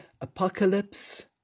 apocalypse